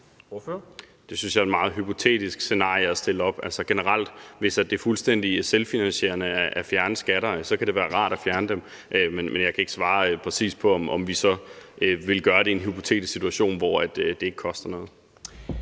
Det synes jeg er et meget hypotetisk scenarie at stille op, altså hvis det generelt er fuldstændig selvfinansierende at fjerne skatter, og at det så kan være rart at fjerne dem. Men jeg kan ikke svare præcis på, om vi så ville gøre det i en hypotetisk situation, hvor det ikke koster noget.